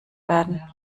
werden